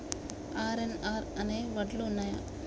RNR అనే వడ్లు ఉన్నయా?